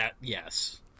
yes